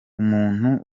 umuntu